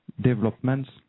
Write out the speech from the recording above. Developments